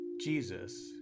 Jesus